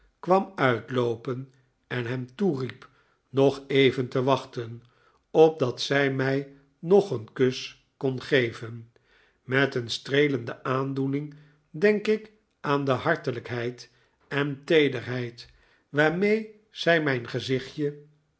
kwam uitloopen en hem toeriep nog even te wachten opdat zij mij nog een kus kon geven met een streelende aandpening denk ik aan de hartelijkheid en teederheid waarmee zij mijn gezichtje